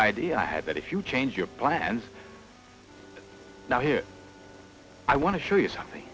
idea i had that if you change your plans now here i want to show you something